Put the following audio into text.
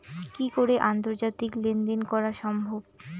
কি করে আন্তর্জাতিক লেনদেন করা সম্ভব?